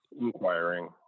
inquiring